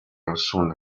osuna